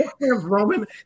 Roman